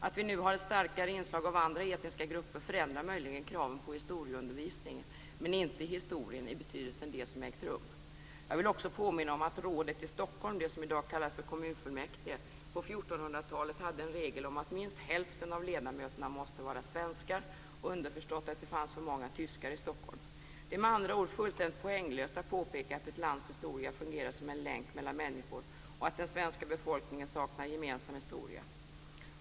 Att vi nu har ett starkare inslag av andra etniska grupper förändrar möjligen kraven på historieundervisningen men inte historien i betydelsen det som ägt rum. Jag vill också påminna om att rådet i Stockholm - det som i dag kallas för kommunfullmäktige - på 1400-talet hade en regel om att minst hälften av ledamöterna måste vara svenskar. Det var underförstått att det fanns för många tyskar i Stockholm. Det är med andra ord fullständigt poänglöst att påpeka att ett lands historia fungerar som en länk mellan människor och att den svenska befolkningen saknar en gemensam historia.